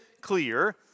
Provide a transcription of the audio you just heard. clear